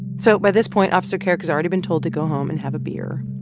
so, by this point, officer kerrick has already been told to go home and have a beer.